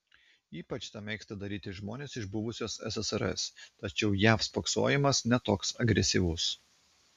ypač tą mėgsta daryti žmonės iš buvusios ssrs tačiau jav spoksojimas ne toks agresyvus